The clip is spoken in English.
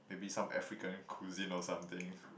maybe some African cuisine or something